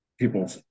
people